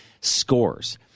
scores